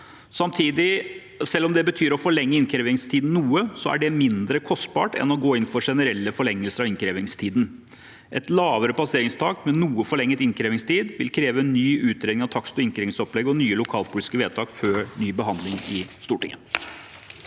noe, er det mindre kostbart enn å gå inn for generelle forlengelser av innkrevingstiden. Et lavere passeringstak med noe forlenget innkrevingstid vil kreve ny utredning av takst- og innkrevingsopplegget og nye lokalpolitiske vedtak før ny behandling i Stortinget.